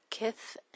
Kith